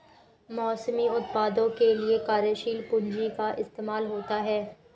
मौसमी उत्पादों के लिये कार्यशील पूंजी का इस्तेमाल होता है